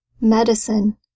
medicine